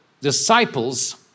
disciples